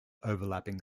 overlapping